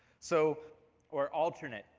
so or alternate.